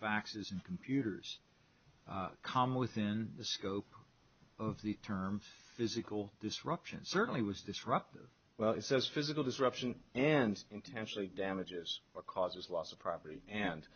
faxes computers come within the scope of the term physical disruption certainly was disruptive well it says physical disruption and intentionally damages or causes loss of property